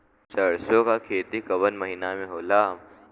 सरसों का खेती कवने महीना में होला?